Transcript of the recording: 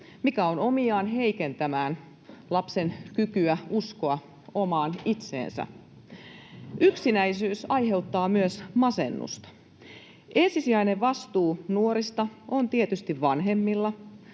mikä on omiaan heikentämään lapsen kykyä uskoa omaan itseensä. Yksinäisyys aiheuttaa myös masennusta. Ensisijainen vastuu nuorista on tietysti vanhemmilla.